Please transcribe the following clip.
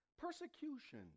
persecution